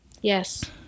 Yes